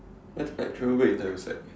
I think like travel back in time is like